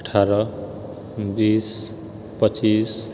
अठारह बीस पचीस